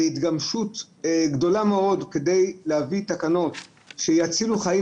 זה התגמשות גדולה מאוד כדי להביא תקנות שממש יצילו חיים,